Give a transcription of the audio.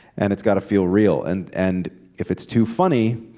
and it's got to feel real. and and if it's too funny,